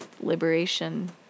liberation